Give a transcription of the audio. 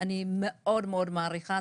אני מאוד מאוד מעריכה,